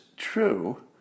true